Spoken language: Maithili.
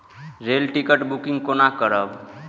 रेल टिकट बुकिंग कोना करब?